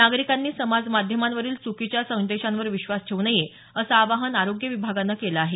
नागरिकांनी समाजमाध्यमांवरील च्रकीच्या संदेशांवर विश्वास ठेवू नये असं आवाहन आरोग्य विभागानं केलं आहे